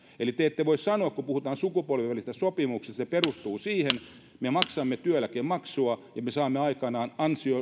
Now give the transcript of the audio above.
eli te ette voi sanoa kun puhutaan sukupolvien välisistä sopimuksista se perustuu siihen että me maksamme työeläkemaksua ja me saamme aikanaan